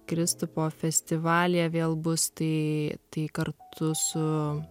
kristupo festivalyje vėl bus tai tai kartu su